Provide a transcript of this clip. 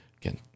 Again